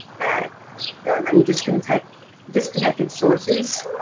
that there are many disconnected like disconnected sources